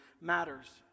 matters